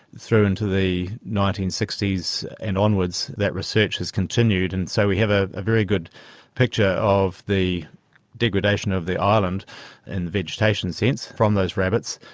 through into the nineteen sixty s and onwards that research has continued, and so we have ah a very good picture of the degradation of the island in a vegetation sense from those rabbits.